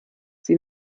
sie